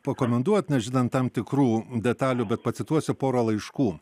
pakomentuot nežinant tam tikrų detalių bet pacituosiu porą laiškų